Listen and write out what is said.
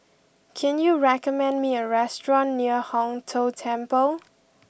can you recommend me a restaurant near Hong Tho Temple